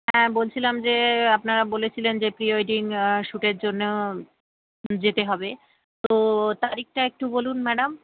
হ্যাঁ বলছিলাম যে আপনারা বলেছিলেন যে প্রি ওয়েডিং শ্যুটের জন্য যেতে হবে তো তারিখটা একটু বলুন ম্যাডাম